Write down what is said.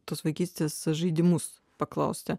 tuos vaikystės žaidimus paklausti